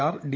R D